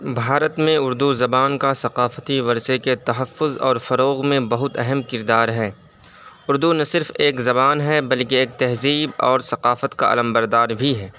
بھارت میں اردو زبان کا ثقافتی ورثے کے تحفظ اور فروغ میں بہت اہم کردار ہے اردو نہ صرف ایک زبان ہے بلکہ ایک تہذیب اور ثقافت کا علمبردار بھی ہے